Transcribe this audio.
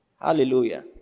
Hallelujah